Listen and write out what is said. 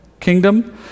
kingdom